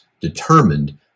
determined